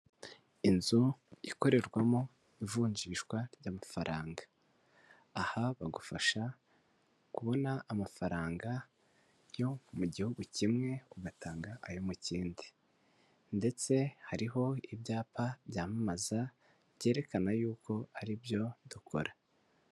Inzu ikorerwamo ivunjishwa ry'amafaranga, aha bagufasha kubona amafaranga yo mu gihugu kimwe, ugatanga ayo mu kindi ndetse hariho ibyapa byamamaza, byerekana yuko aribyo dukora.